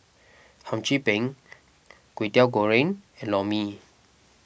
Hum Chim Peng Kway Teow Goreng and Lor Mee